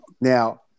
Now